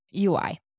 UI